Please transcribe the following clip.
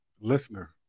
listener